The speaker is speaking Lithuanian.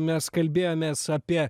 mes kalbėjomės apie